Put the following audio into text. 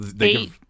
eight